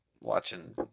watching